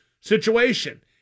situation